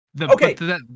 Okay